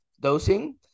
dosing